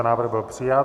Návrh byl přijat.